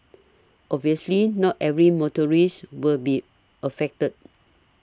obviously not every motor risk will be affected